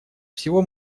всего